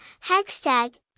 hashtag